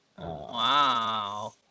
Wow